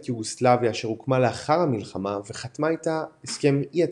יוגוסלביה אשר הוקמה לאחר המלחמה וחתמה עימה הסכם אי-התקפה,